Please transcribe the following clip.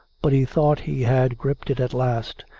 but he thought he had gripped it at last,